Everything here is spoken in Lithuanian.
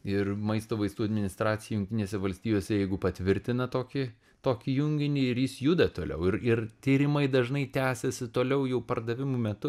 ir maisto vaistų administracija jungtinėse valstijose jeigu patvirtina tokį tokį junginį ir jis juda toliau ir ir tyrimai dažnai tęsiasi toliau jau pardavimų metu